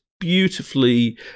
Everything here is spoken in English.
beautifully